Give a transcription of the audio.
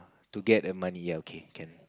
to get err money ya okay can